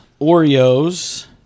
Oreos